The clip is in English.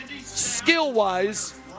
skill-wise